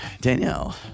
Danielle